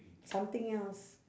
something else